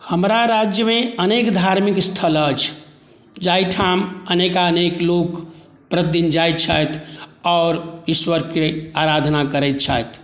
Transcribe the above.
हमरा राज्यमे अनेक धार्मिक स्थल अछि जाहिठाम अनेकानेक लोक प्रतिदिन जाइत छथि आओर ईश्वरके आराधना करैत छथि